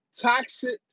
Toxic